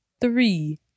Three